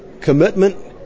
commitment